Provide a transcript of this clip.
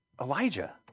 Elijah